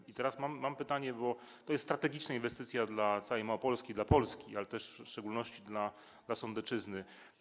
I teraz mam pytanie, bo to jest strategiczna inwestycja dla całej Małopolski, dla Polski, ale też w szczególności dla Sądecczyzny.